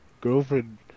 girlfriend